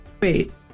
Wait